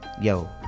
Yo